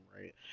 right